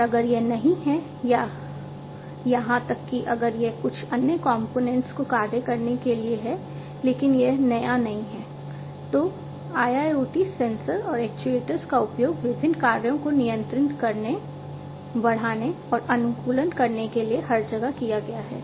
और अगर यह नहीं है या यहां तक कि अगर यह कुछ अन्य कंपोनेंट्स को कार्य करने के लिए है लेकिन यह नया नहीं है तो IIoT सेंसर और एक्चुएटर्स का उपयोग विभिन्न कार्यों को नियंत्रित करने बढ़ाने और अनुकूलन करने के लिए हर जगह किया गया है